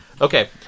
Okay